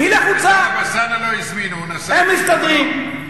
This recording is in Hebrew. הם מסתדרים.